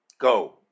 Go